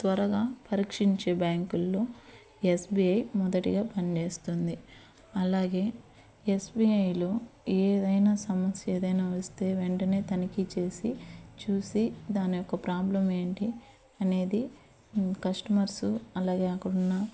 త్వరగా పరీక్షించే బ్యాంకుల్లో ఎస్బీఐ మొదటిగా పనిచేస్తుంది అలాగే ఎస్బీఐలో ఏదైనా సమస్య ఏదైనా వస్తే వెంటనే తనిఖీ చేసి చూసి దాని యొక్క ప్రాబ్లమ్ ఏంటి అనేది కస్టమర్సు అలాగే అక్కడ ఉన్న